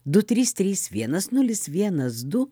du trys trys vienas nulis vienas du